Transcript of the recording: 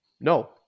No